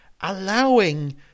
allowing